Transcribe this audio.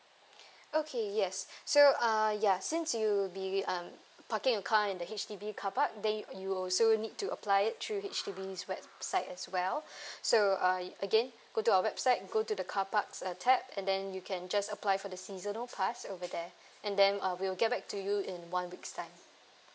okay yes so uh ya since you'll be um parking your car in the H_D_B carpark then you you'll also need to apply through H_D_B's website as well so uh again go to our website go to the carparks uh tab and then you can just apply for the seasonal pass over there and then uh we'll get back to you in one week's time